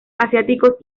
asiáticos